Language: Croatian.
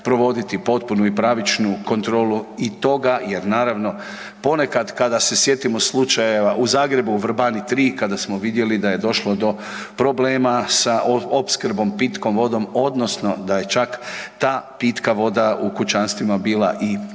provoditi potpunu i pravičnu kontrolu i toga jer naravno ponekad kada se sjetimo slučajeva u Zagrebu, Vrbani III kada smo vidjeli da je došlo do problema sa opskrbom pitkom vodom odnosno da je čak ta pitka voda u kućanstvima bila i neću,